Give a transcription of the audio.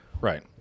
Right